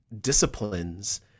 disciplines